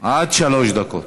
עד שלוש דקות.